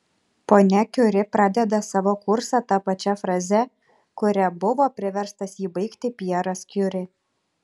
ponia kiuri pradeda savo kursą ta pačia fraze kuria buvo priverstas jį baigti pjeras kiuri